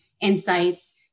insights